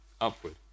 Upward